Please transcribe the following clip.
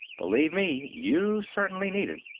believe me you certainly need it.